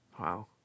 Wow